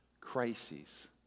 crises